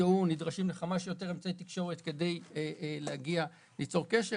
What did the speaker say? נדרש לכמה שיותר אמצעי תקשורת כדי ליצור קשר.